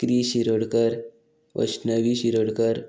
three Shirodkar Vaishnavi Shirodkar